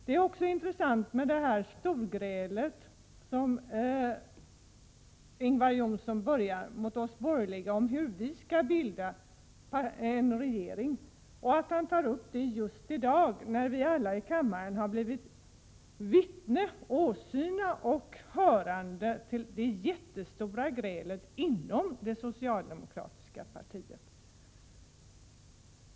Det är också intressant med det storgräl som Ingvar Johnsson börjar med oss borgerliga om hur vi skall bilda en regering och att han tar upp det just i dag när alla i kammaren har blivit åsyna och hörande vittnen till det jättestora grälet inom det socialdemokratiska partiet.